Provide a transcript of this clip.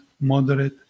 moderate